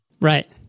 Right